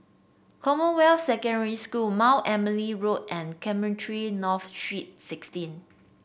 Commonwealth Secondary School Mount Emily Road and Cemetry North Street Sixteen